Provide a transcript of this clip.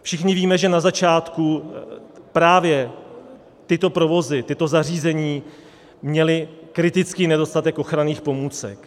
Všichni víme, že na začátku právě tyto provozy, tato zařízení měla kritický nedostatek ochranných pomůcek.